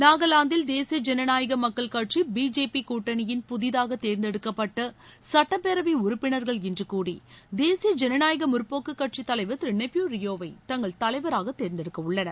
நாகாலாந்தில் தேசிய ஜனநாயக மக்கள் கட்சி பிஜேபி கூட்டணியின் புதிதாக தேர்ந்தெடுக்கப்பட்ட சுட்டப்பேரவை உறுப்பினர்கள் இன்று கூடி தேசிய ஜனநாயக முற்போக்கு கட்சித் தலைவர் திரு நெய்ப்பியூ ரியோ வை தங்கள் தலைவராக தேர்ந்தெடுக்கவுள்ளனர்